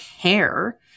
care